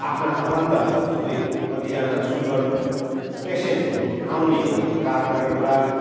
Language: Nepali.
आफ्ना आफन्तहरू सबै कतिजना सुगर पेसेन्टहरू आउने भएको कारणले गर्दा